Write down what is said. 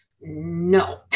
No